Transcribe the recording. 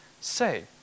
say